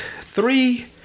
Three